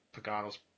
Pagano's